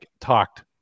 talked